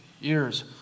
years